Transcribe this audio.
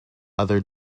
other